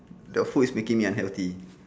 the food is making me unhealthy